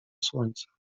słońca